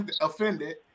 offended